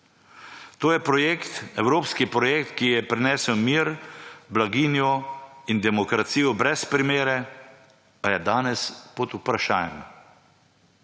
To je projekt, evropski projekt, ki je prinesel mir, blaginjo in demokracijo brez primere, a je danes pod vprašajem.